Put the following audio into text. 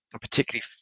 particularly